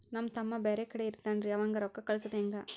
ನಮ್ ತಮ್ಮ ಬ್ಯಾರೆ ಕಡೆ ಇರತಾವೇನ್ರಿ ಅವಂಗ ರೋಕ್ಕ ಕಳಸದ ಹೆಂಗ?